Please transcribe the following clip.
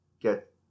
get